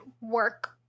work